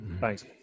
thanks